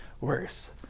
worse